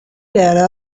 data